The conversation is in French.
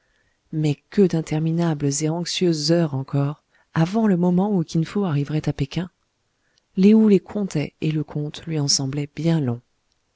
mais que d'interminables et anxieuses heures encore avant le moment où kin fo arriverait à péking lé ou les comptait et le compte lui en semblait bien long